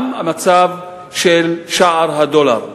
גם המצב של שער הדולר,